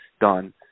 done